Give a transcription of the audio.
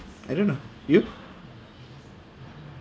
I don't know you